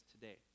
today